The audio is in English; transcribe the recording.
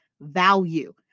Value